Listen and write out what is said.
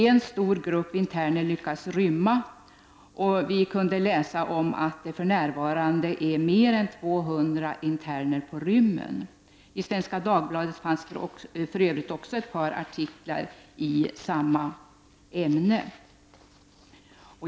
En stor grupp interner lyckades rymma, och vi kunde läsa om att det för närvarande är mer än 200 interner på rymmen. I Svenska Dagbladet fanns för övrigt också ett par artiklar om samma ämne.